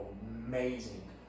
amazing